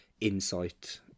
insight